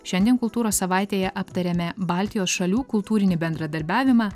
šiandien kultūros savaitėje aptarėme baltijos šalių kultūrinį bendradarbiavimą